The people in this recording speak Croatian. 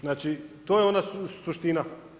Znači, to je ona suština.